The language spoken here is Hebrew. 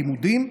לימודים,